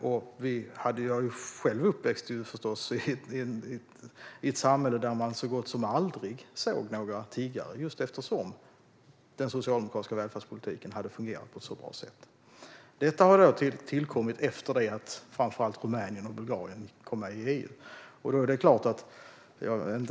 Jag är själv uppväxt i ett samhälle där man så gott som aldrig såg några tiggare just eftersom den socialdemokratiska välfärdspolitiken hade fungerat på ett så bra sätt. Problemet har tillkommit efter det att framför allt Rumänien och Bulgarien gick med i EU.